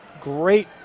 great